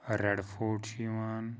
red foot چھُ یِوان